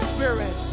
Spirit